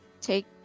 take